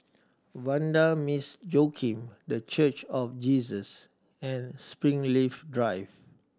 Vanda Miss Joaquim The Church of Jesus and Springleaf Drive